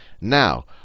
Now